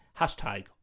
hashtag